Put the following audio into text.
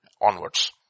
onwards